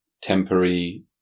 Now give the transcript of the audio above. temporary